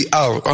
out